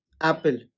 apple